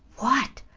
what,